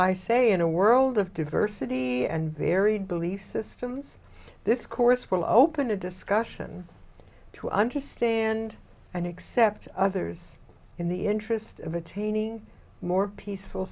i say in a world of diversity and varied belief systems this course will open a discussion to understand and accept others in the interest of attaining more peaceful